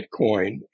Bitcoin